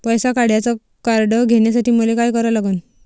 पैसा काढ्याचं कार्ड घेण्यासाठी मले काय करा लागन?